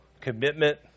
commitment